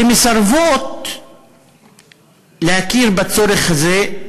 שמסרבות להכיר בצורך הזה,